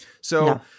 So-